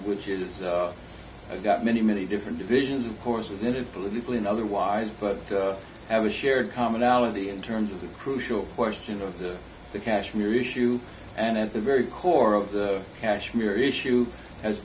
which is i've got many many different divisions of course within and politically and otherwise but i have a shared commonality in terms of the crucial question of the kashmir issue and at the very core of the kashmir issue has